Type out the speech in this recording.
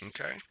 okay